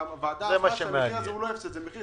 הוועדה אמרה שזה לא מחיר הפסד.